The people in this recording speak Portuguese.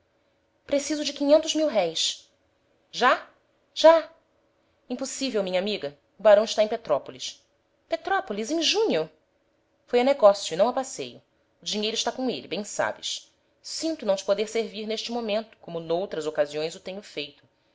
preciso de quinhentos mil-réis já já impossível minha amiga o barão está em petrópolis petrópolis em junho foi a negócio e não a passeio o dinheiro está com ele bem sabes sinto não te poder servir neste momento como noutras ocasiões o tenho feito